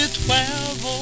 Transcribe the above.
twelve